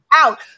out